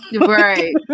Right